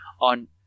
on